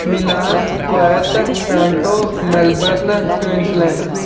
Milan Kuwait Toronto Melbourne Queensland